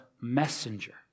messenger